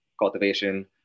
cultivation